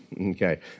Okay